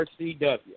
RCW